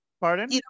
pardon